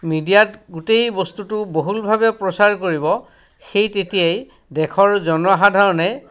মিডিয়াত গোটেই বস্তুটো বহুলভাৱে প্ৰচাৰ কৰিব সেই তেতিয়াই দেশৰ জনসাধাৰণে